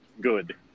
good